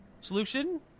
solution